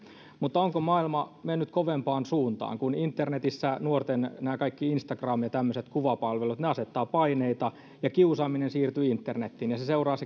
mutta onko maailma mennyt kovempaan suuntaan kun internetissä nuorten nämä kaikki instagramit ja tämmöiset kuvapalvelut asettavat paineita ja kiusaaminen siirtyy internetiin ja kiusaaminen seuraa